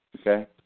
Okay